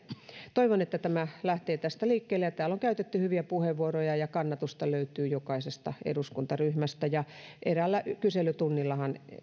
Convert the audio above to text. toivon että tämä lähtee tästä liikkeelle täällä on käytetty hyviä puheenvuoroja kannatusta löytyy jokaisesta eduskuntaryhmästä ja eräällä kyselytunnillahan